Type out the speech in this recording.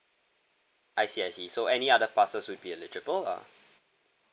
I see I see so any other passes would be eligible lah